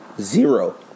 zero